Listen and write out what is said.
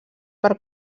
per